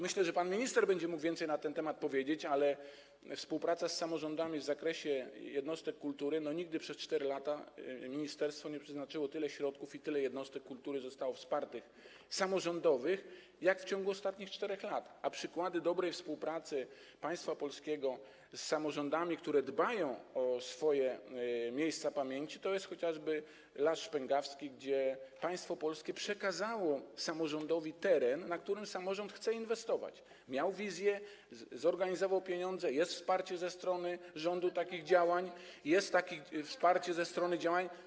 Myślę, że pan minister będzie mógł więcej na ten temat powiedzieć, ale jeśli chodzi o współpracę z samorządami w zakresie jednostek kultury, nigdy przez 4 lata ministerstwo nie przeznaczyło tyle środków i tyle samorządowych jednostek kultury nie zostało wspartych jak w ciągu ostatnich 4 lat, a przykładem dobrej współpracy państwa polskiego z samorządami, które dbają o swoje miejsca pamięci, jest chociażby Las Szpęgawski, w przypadku którego państwo polskie przekazało samorządowi teren, na którym samorząd chce inwestować, miał wizję, zorganizował pieniądze, jest wsparcie ze strony rządu takich działań, jest takie wsparcie ze strony działań.